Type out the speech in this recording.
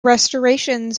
restorations